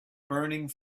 burning